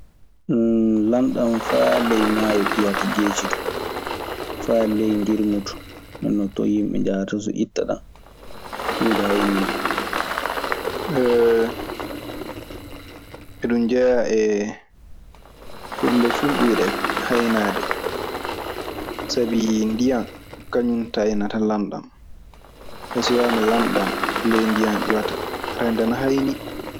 lanɗan faa ley maayo ƴiwata, geeci too, faa ley ngirmu too. Nden non ton yimɓe njahata so itta ɗan. Huunde hayniinde. iɗun jeyaa e kulle fuu ɓurɗe haynaade. Sabi ndiyan kañun taynata lanɗan. So wiyaama lanɗan ley ndiyan iwata, aɗe anndi ana haynii.